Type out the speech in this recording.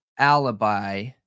alibi